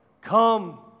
Come